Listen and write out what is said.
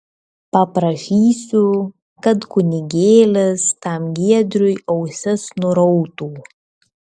paprašysiu kad kunigėlis tam giedriui ausis nurautų